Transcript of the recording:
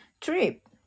trip